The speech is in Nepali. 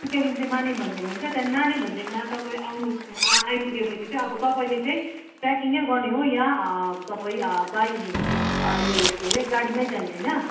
सुकियादेखि चाहिँ माने भन्ज्याङ हुन्छ त्यहाँदेखि माने भन्ज्याङमा तपाईँ आउनु आइपुगेपछि चाहिँ अब तपाईँले चाहिँ ट्रेकिङै गर्ने हो यहाँ तपाईँ बाई यो यो के अरे गाडीमै जाने होइन